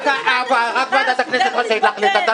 אני